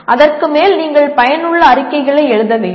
அதற்கு மேல் நீங்கள் பயனுள்ள அறிக்கைகளை எழுத வேண்டும்